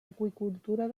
aqüicultura